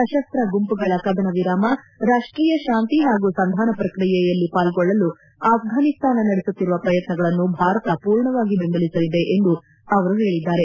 ಸಶಸ್ತ ಗುಂಪುಗಳ ಕದನ ವಿರಾಮ ರಾಷ್ಷೀಯ ಶಾಂತಿ ಹಾಗೂ ಸಂಧಾನ ಪ್ರಕ್ರಿಯೆಯಲ್ಲಿ ಪಾಲ್ಗೊಳ್ಳಲು ಆಫ್ವಾನಿಸ್ತಾನ ನಡೆಸುತ್ತಿರುವ ಪ್ರಯತ್ನಗಳನ್ನು ಭಾರತ ಪೂರ್ಣವಾಗಿ ಬೆಂಬಲಿಸಲಿದೆ ಎಂದು ಅವರು ಹೇಳಿದ್ದಾರೆ